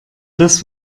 das